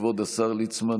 כבוד השר ליצמן,